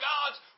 God's